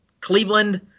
Cleveland